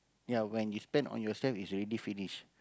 ya when you spend on yourself is already finished